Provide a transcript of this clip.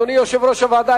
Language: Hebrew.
אדוני יושב-ראש הוועדה,